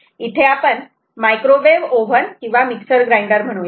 इथे आपण microwave oven किंवा मिक्सर ग्राइंडर म्हणूयात